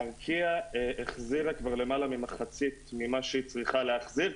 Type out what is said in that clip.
ארקיע החזירה כבר למעלה ממחצית ממה שהיא צריכה להחזיר,